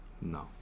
no